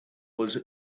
was